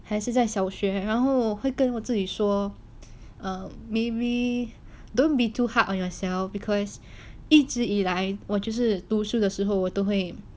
还是在小学然后会跟自己说 err maybe don't be too hard on yourself because 一直以来我只是读书的时候我都会